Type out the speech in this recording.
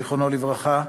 זיכרונו לברכה,